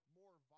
more